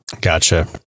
gotcha